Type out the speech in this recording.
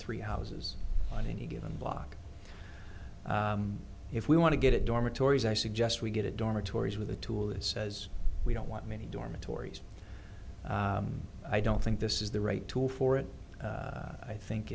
three houses on any given block if we want to get dormitories i suggest we get a dormitories with a tool that says we don't want many dormitories i don't think this is the right tool for it i think